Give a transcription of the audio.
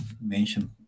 mention